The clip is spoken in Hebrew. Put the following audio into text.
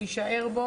שתישאר איתנו.